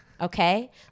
Okay